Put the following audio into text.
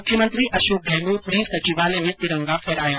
मुख्यमंत्री अशोक गहलोत ने सचिवालय में तिरंगा फहराया